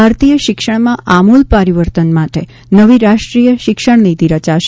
ભારતીય શિક્ષણમાં આમૂલ પરિવર્તન માટે નવી રાષ્ટ્રીય શિક્ષણ નીતી રચાશે